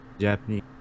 Japanese